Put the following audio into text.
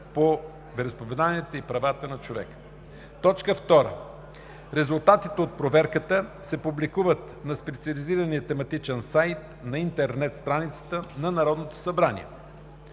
по вероизповеданията и правата на човека. 2. Резултатите от проверката се публикуват на специализирания тематичен сайт на интернет страницата на Народното събрание.